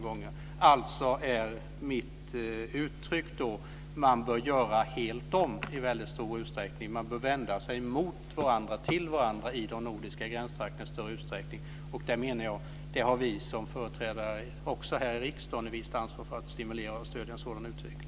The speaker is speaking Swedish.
Jag uttrycker därför att man i stor utsträckning bör göra helt om. Man bör vända sig till varandra i större utsträckning i de nordiska gränstrakterna. Även vi företrädare här i riksdagen har ett visst ansvar för att stimulera och stödja en sådan utveckling.